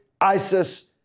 ISIS